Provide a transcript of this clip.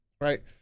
right